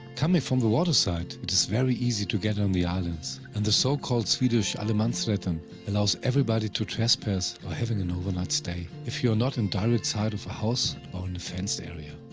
coming from the waterside, it is very easy to get on the islands, and the so called swedish allemansratten allows everybody to trespass or having an overnight stay, if you are not in direct sight of a house or in and a fenced area.